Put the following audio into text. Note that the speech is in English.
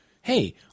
hey